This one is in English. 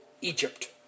Egypt